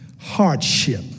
hardship